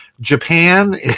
Japan